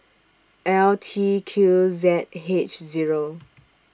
L T Q Z H Zero